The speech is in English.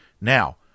Now